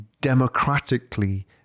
democratically